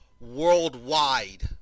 worldwide